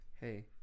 hey